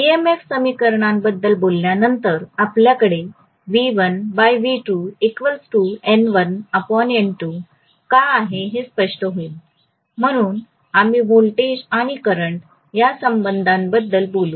EMF समीकरणांबद्दल बोलल्यानंतर आपल्याकडे का आहे हे स्पष्ट होईल म्हणून आम्ही व्होल्टेज आणि करंट या संबंधांबद्दल बोलू